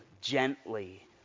gently